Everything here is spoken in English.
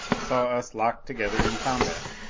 saw us locked together in combat.